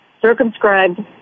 circumscribed